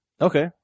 Okay